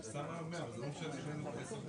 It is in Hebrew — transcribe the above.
הצבעה ההסתייגות לא נתקבלה ההסתייגות לא התקבלה.